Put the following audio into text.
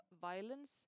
violence